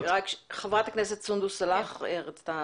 ח"כ סונדוס סאלח.